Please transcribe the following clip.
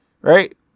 Right